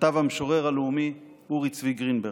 כתב המשורר הלאומי אורי צבי גרינברג.